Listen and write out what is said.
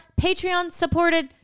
Patreon-supported